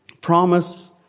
promise